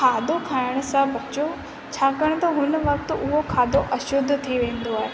खाधो खाइण सां बचो छाकाणि त हुन वक़्ति उहो खाधो अशुध्द थी वेंदो आहे